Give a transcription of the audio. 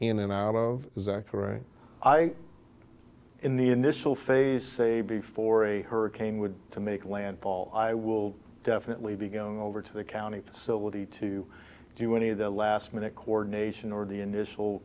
in and out of zachary i in the initial phase say before a hurricane would to make landfall i will definitely be going over to the county facility to do any of the last minute coordination or the initial